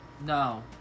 No